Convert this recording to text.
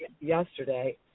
yesterday